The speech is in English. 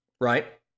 right